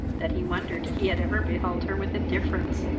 that he wondered he had ever beheld her with indifference,